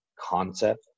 concept